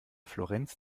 florenz